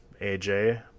AJ